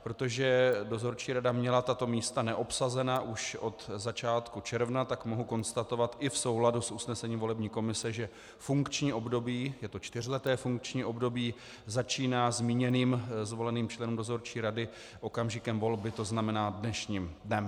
Protože dozorčí rada měla tato místa neobsazená už od začátku června, tak mohu konstatovat i v souladu s usnesením volební komise, že funkční období je to čtyřleté funkční období začíná zmíněným zvoleným členům dozorčí rady okamžikem volby, tzn. dnešním dnem.